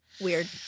weird